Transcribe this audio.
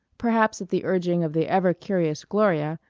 perhaps, at the urging of the ever-curious gloria,